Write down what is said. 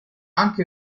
anche